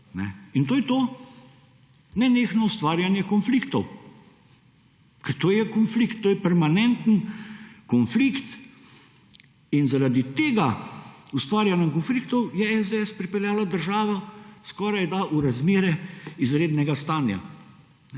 In to je to nenehno ustvarjanje konfliktov kor to je konflikt. To je permanenten konflikt in zaradi tega ustvarjanja konfliktov je SDS pripeljala državo skoraj da v razmere izrednega stanja.